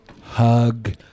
Hug